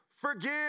forgive